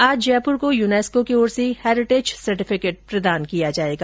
आज जयपुर को यूनेस्को की ओर से हेरिटेज सर्टिफिकेट प्रदान किया जायेगा